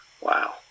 Wow